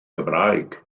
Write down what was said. gymraeg